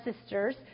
sisters